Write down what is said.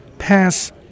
Pass